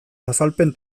azalpen